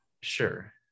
Sure